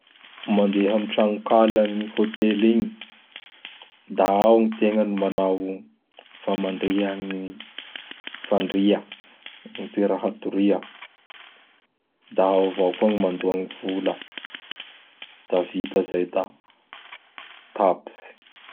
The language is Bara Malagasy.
Mandeha am tranokala gn hôtely igny; da ao tegna ny manao gny famandria gny fandria, gny toera hatoria; da ao avao koa gny mandoa gny vola. Da vita izay da tapitsy.